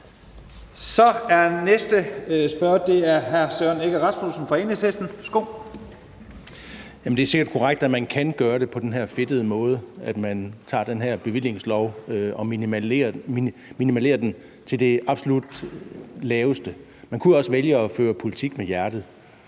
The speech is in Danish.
Værsgo. Kl. 10:12 Søren Egge Rasmussen (EL): Det er sikkert korrekt, at man kan gøre det på den her fedtede måde, altså at man tager den her bevillingslov og minimerer den til det absolut laveste. Man kunne også vælge at føre politik med hjertet.